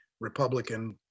Republican